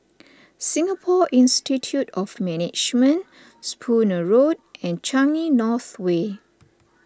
Singapore Institute of Management Spooner Road and Changi North Way